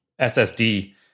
SSD